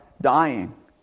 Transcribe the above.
dying